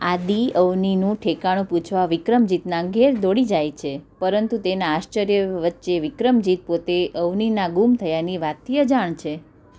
આદિ અવનીનું ઠેકાણું પૂછવા વિક્રમજીતનાં ઘેર દોડી જાય છે પરંતુ તેનાં આશ્ચર્ય વચ્ચે વિક્રમજીત પોતે અવનીના ગુમ થયાની વાતથી અજાણ છે